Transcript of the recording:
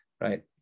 right